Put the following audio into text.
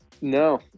no